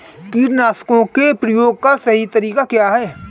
कीटनाशकों के प्रयोग का सही तरीका क्या है?